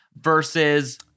versus